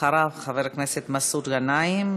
אחריו חברי הכנסת מסעוד גנאים,